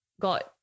got